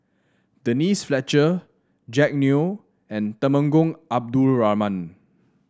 Denise Fletcher Jack Neo and Temenggong Abdul Rahman